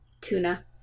tuna